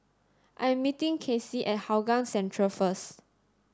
I meeting Cassie at Hougang Central first